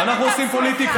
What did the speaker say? פוליטיקה.